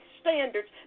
standards